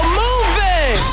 moving